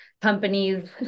companies